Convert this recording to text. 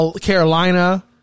Carolina